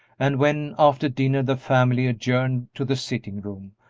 and when, after dinner, the family adjourned to the sitting-room,